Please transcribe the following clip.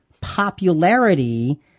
popularity